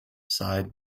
side